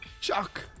chuck